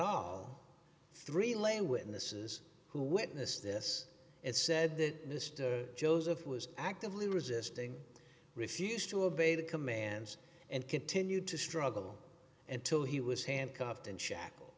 all three lane witnesses who witnessed this it said that mr joseph was actively resisting refused to obey the commands and continued to struggle until he was handcuffed and sha